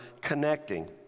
connecting